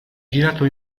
girato